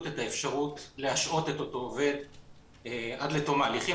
את האפשרות להשהות את אותו עובד עד לתום ההליכים,